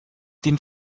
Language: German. den